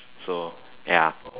so ya